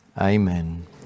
Amen